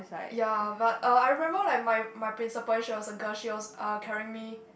ya but uh I remember like my my principal she was a girl she was uh carrying me